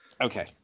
Okay